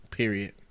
period